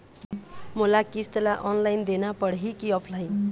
मोला किस्त ला ऑनलाइन देना पड़ही की ऑफलाइन?